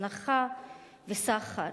הזנחה וסחר.